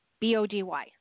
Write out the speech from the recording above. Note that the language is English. B-O-D-Y